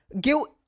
guilt